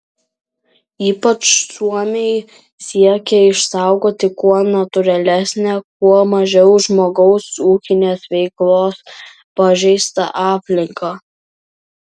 ypač suomiai siekia išsaugoti kuo natūralesnę kuo mažiau žmogaus ūkinės veiklos pažeistą aplinką